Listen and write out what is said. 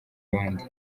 abandi